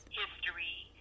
history